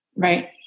Right